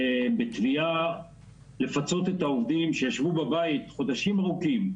בתביעה לפצות את העובדים שישבו בבית חודשים ארוכים.